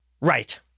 Right